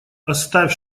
оставь